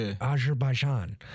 Azerbaijan